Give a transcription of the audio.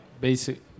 basic